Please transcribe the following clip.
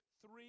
three